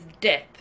death